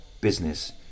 business